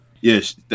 yes